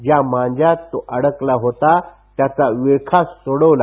ज्या मांजात तो अडकला होता त्याचा विळखा सोडवला